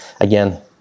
again